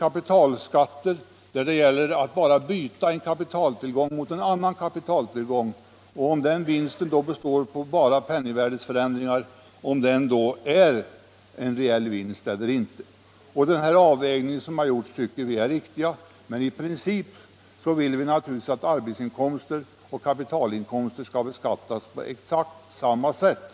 Om det bara gäller att byta en kapitaltillgång mot en annan och vinst uppstår bara därigenom att penningvärdet förändras, kan man diskutera om det är fråga om en reell vinst eller inte. Den avvägning som gjorts tycker vi är riktig. Men i princip vill vi naturligtvis att arbetsinkomster och kapitalinkomster skall beskattas på exakt samma sätt.